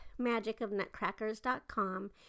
magicofnutcrackers.com